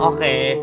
Okay